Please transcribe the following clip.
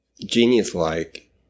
genius-like